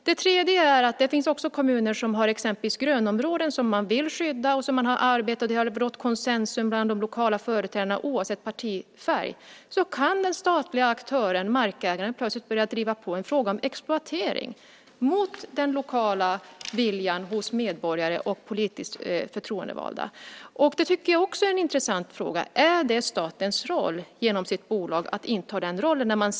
Det tredje är att det finns kommuner som har grönområden som man vill skydda, som man har arbetat med och som det har rått konsensus om bland de lokala företrädarna oavsett partifärg, men då kan den statliga aktören, markägaren, plötsligt börja driva frågan om exploatering, mot den lokala viljan hos medborgare och politiskt förtroendevalda. Det är också en intressant fråga. Är det statens roll genom sitt bolag att inta den rollen?